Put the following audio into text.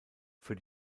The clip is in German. für